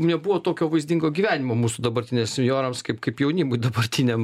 nebuvo tokio vaizdingo gyvenimo mūsų dabartiniams senjorams kaip kaip jaunimui dabartiniam